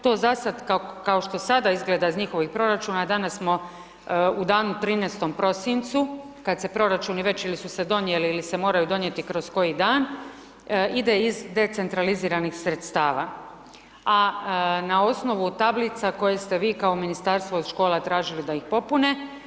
To za sada kao što sada izgleda iz njihovih proračuna, danas smo u danu 13. prosincu kada se proračuni već ili su se donijeli ili se moraju donijeti kroz koji dan, ide iz decentraliziranih sredstava, a na osnovu tablica koje ste vi kao Ministarstvo od škola tražili da ih popune.